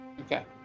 Okay